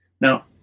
Now